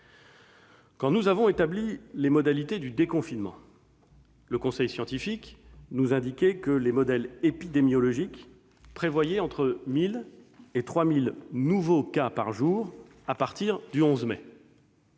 Quand nous avons établi les modalités du déconfinement, le conseil scientifique nous indiquait que les modèles épidémiologiques prévoyaient entre 1 000 et 3 000 nouveaux cas par jour à partir du 11 mai.